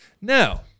Now